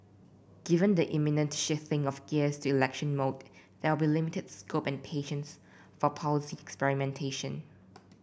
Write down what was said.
given the imminent shifting of gears to election mode there be limited scope and patience for policy experimentation